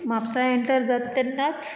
Mapusa enter जाता तेन्नाच